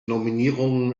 nominierungen